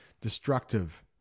Destructive